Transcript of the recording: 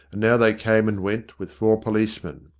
and now they came and went with four policemen.